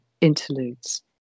interludes